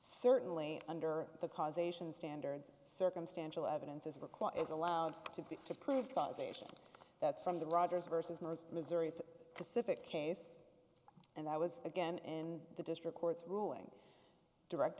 certainly under the causation standards circumstantial evidence is required is allowed to be to prove causation that's from the rogers vs missouri pacific case and i was again in the district courts ruling direct